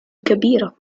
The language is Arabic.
كبيرة